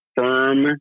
firm